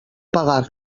pagar